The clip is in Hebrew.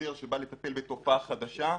השוטר שבא לטפל בתופעה חדשה,